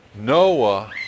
Noah